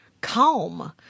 calm